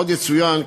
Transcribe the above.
עוד יצוין,